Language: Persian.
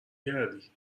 کردی